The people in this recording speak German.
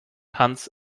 hans